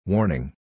Warning